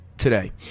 today